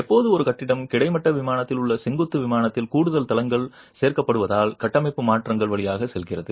எப்போது ஒரு கட்டிடம் கிடைமட்ட விமானத்தில் அல்லது செங்குத்து விமானத்தில் கூடுதல் தளங்கள் சேர்க்கப்படுவதால் கட்டமைப்பு மாற்றங்கள் வழியாக செல்கிறது